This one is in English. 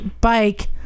bike